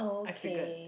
I figured